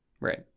Right